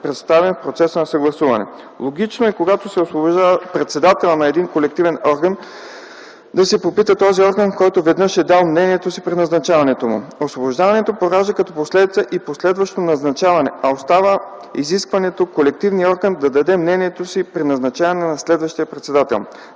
представен в процеса на съгласуване. Логично е, когато се освобождава председателят на един колективен орган, да се попита този орган, който веднъж е дал мнението си при назначаването му. Освобождаването поражда като последица и последващо назначаване, а остава изискването колективният орган да даде мнението си при назначаване на следващия председател.